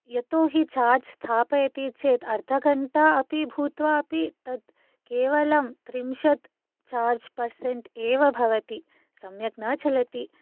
यतोहि चार्ज् स्थापयति चेत् अर्धघण्टा अपि भूत्वा अपि तत् केवलं त्रिंशत् चार्ज पर्सेन्ट् एव भवति सम्यक् न चलति